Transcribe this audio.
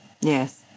Yes